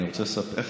אני רוצה לספר לך.